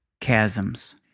chasms